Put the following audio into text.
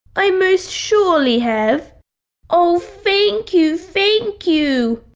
i most surely have oh thank you! thank you!